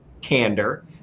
candor